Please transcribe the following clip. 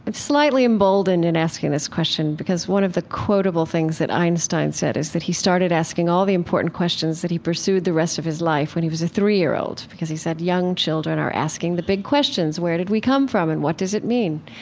and slightly emboldened in asking this question, because one of the quotable things that einstein said is that he started asking all the important questions that he pursued the rest of his life when he was a three year old. because he said young children are asking the big questions where did we come from and what does it mean?